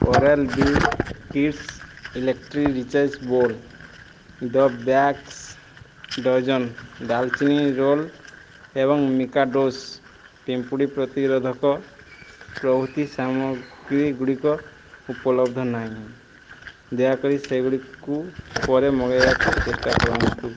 oral B kids electric rechargeable the bakers dozen ଡାଳଚିନି roll ଏବଂ Mikados ପିମ୍ପୁଡ଼ି ପ୍ରତିରୋଧକ ପ୍ରଭୃତି ସାମଗ୍ରୀ ଗୁଡ଼ିକ ଉପଲବ୍ଧ ନାହିଁ ଦୟାକରି ସେଗୁଡ଼ିକୁ ପରେ ମଗାଇବାକୁ ଚେଷ୍ଟା କରନ୍ତୁ